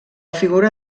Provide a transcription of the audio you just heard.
figura